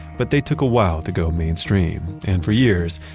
but they took a while to go mainstream, and, for years,